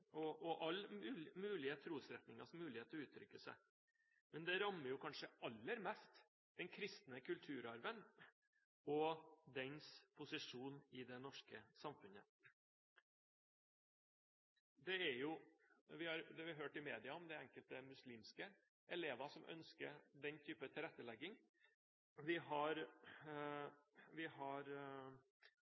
trosfriheten og alle mulige trosretningers muligheter til å uttrykke seg, men det rammer kanskje aller mest den kristne kulturarven og dens posisjon i det norske samfunnet. I media har vi hørt om enkelte muslimske elever som ønsker den typen tilrettelegging. Vi har